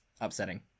upsetting